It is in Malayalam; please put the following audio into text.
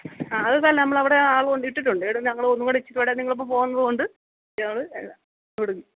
ആ അത് തന്ന നമ്മളവിടെ ആൾ കൊണ്ടിട്ടിട്ടുണ്ട് ഇവിടെ ഞങ്ങളൊന്നും കൂടിച്ചിരീടെ നിങ്ങളിപ്പം പോകുന്നത് കൊണ്ട് നമ്മൾ ഇവിടെന്ന്